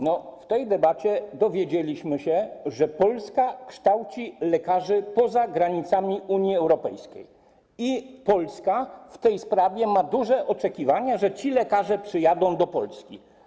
No, w trakcie tej debaty dowiedzieliśmy się, że Polska kształci lekarzy poza granicami Unii Europejskiej i że Polska w tej sprawie ma duże oczekiwania - że ci lekarze przyjadą do Polski.